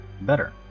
better